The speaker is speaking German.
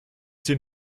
sie